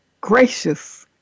gracious